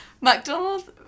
McDonald's